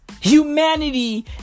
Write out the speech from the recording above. Humanity